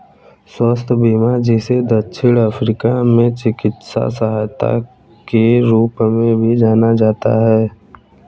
स्वास्थ्य बीमा जिसे दक्षिण अफ्रीका में चिकित्सा सहायता के रूप में भी जाना जाता है